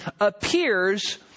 appears